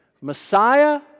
Messiah